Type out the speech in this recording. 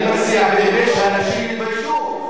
ואני מציע באמת שהאנשים יתביישו.